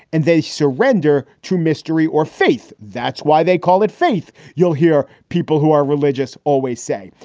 and they surrender to mystery or faith. that's why they call it faith. you'll hear people who are religious always say.